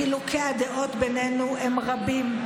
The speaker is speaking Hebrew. חילוקי הדעות בינינו הם רבים.